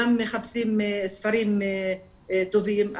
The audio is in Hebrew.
גם מחפשים ספרים טובים,